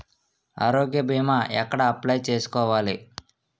ఆరోగ్య భీమా ఎక్కడ అప్లయ్ చేసుకోవాలి?